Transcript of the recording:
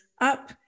up